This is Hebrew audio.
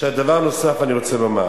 אני רוצה לומר